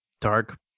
dark